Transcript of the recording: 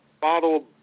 bottle